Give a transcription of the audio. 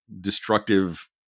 destructive